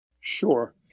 Sure